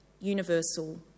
universal